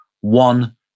One